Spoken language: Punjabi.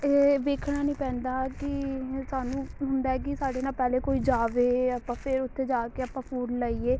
ਇਹ ਦੇਖਣਾ ਨਹੀਂ ਪੈਂਦਾ ਕਿ ਸਾਨੂੰ ਹੁੰਦਾ ਹੈ ਕਿ ਸਾਡੇ ਨਾਲ ਪਹਿਲੇ ਕੋਈ ਜਾਵੇ ਆਪਾਂ ਫਿਰ ਉੱਥੇ ਜਾ ਕੇ ਆਪਾਂ ਫੂਡ ਲਈਏ